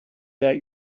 that